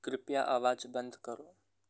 કૃપયા અવાજ બંધ કરો